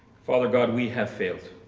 father god, we have failed,